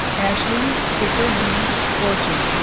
ashley skipper-lee fortune